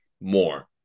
more